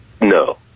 No